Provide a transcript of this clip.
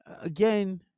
again